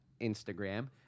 Instagram